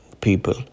people